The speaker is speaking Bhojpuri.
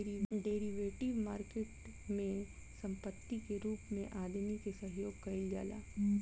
डेरिवेटिव मार्केट में संपत्ति के रूप में आदमी के सहयोग कईल जाला